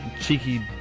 cheeky